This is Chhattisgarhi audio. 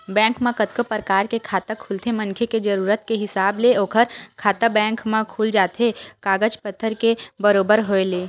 बेंक म कतको परकार के खाता खुलथे मनखे के जरुरत के हिसाब ले ओखर खाता बेंक म खुल जाथे कागज पतर के बरोबर होय ले